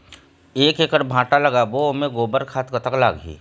एक एकड़ भांटा लगाबो ओमे गोबर खाद कतक लगही?